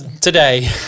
today